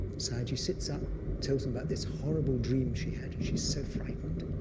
sayagyi sits up, tells him about this horrible dream she had and she's so frightened,